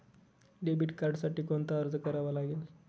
Debit कार्डसाठी कोणता अर्ज करावा लागेल?